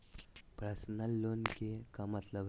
Personal loan के का मतलब हई?